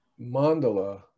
mandala